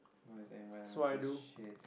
no there's environmental shit